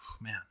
man